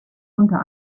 unter